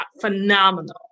phenomenal